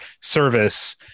service